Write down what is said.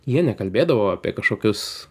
jie nekalbėdavo apie kažkokius